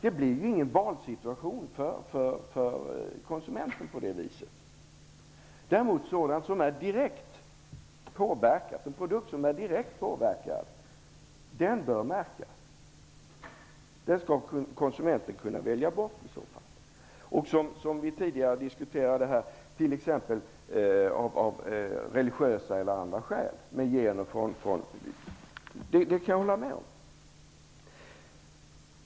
Det blir ingen valsituation för konsumenten på det viset. En produkt som är direkt påverkad bör däremot märkas. Den skall konsumenten kunna välja bort, av religiösa eller andra skäl, som vi tidigare har diskuterat här. Det kan jag hålla med om.